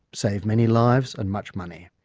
save many lives and much money.